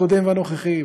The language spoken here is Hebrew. הקודם והנוכחי,